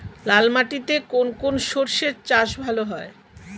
লাল মাটিতে কোন কোন শস্যের চাষ ভালো হয়?